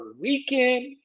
weekend